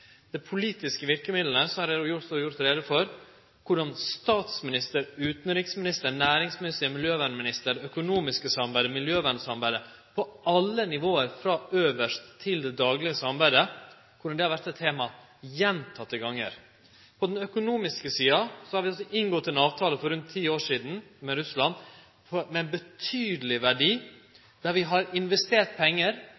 det gjeld dei politiske verkemidla, har eg også gjort greie for korleis dette har vore eit tema gjentekne gonger for statsminister, utanriksminister, næringsminister, miljøvernminister, det økonomiske samarbeidet, miljøvernsamarbeidet – på alle nivå frå øvst til det daglege samarbeidet. På den økonomiske sida har vi inngått ein avtale, for rundt ti år sidan, med Russland til ein betydeleg